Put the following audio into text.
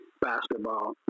basketball